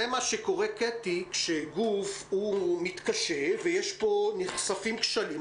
זה מה שקורה כאשר גוף מתקשה ונחשפים כשלים,